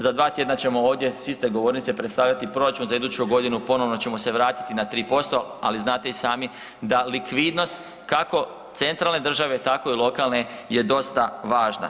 Za dva tjedna ćemo ovdje s iste govornice predstavljati proračun za iduću godinu, ponovno ćemo se vratiti na 3%, ali znate i sami da likvidnost kako centralne države tako i lokalne je dosta važna.